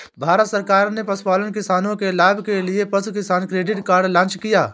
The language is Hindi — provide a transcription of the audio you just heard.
भारत सरकार ने पशुपालन किसानों के लाभ के लिए पशु किसान क्रेडिट कार्ड लॉन्च किया